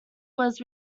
was